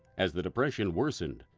as the depression worsened,